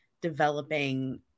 developing